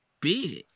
big